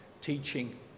teaching